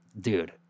dude